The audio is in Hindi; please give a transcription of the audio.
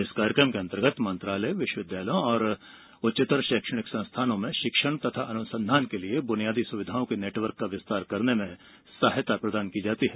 इस कार्यक्रम के अंतर्गत मंत्रालय विश्वविद्यालयों और उच्चतर शैक्षणिक संस्थानों में शिक्षण तथा अनुसंधान के लिए बुनियादी सुविधाओं के नेटवर्क का विस्तार करने में सहायता प्रदान करता है